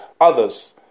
others